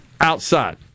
outside